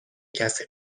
کسی